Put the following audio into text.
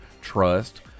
Trust